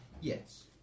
Yes